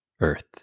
earth